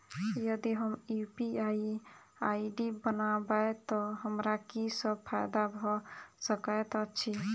यदि हम UPI ID बनाबै तऽ हमरा की सब फायदा भऽ सकैत अछि?